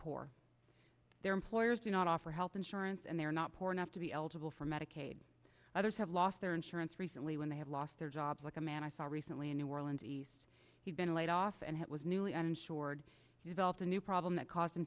poor their employers do not offer health insurance and they are not poor enough to be eligible for medicaid others have lost their insurance recently when they have lost their jobs like a man i saw recently in new orleans east he'd been laid off and it was newly insured developed a new problem that caused him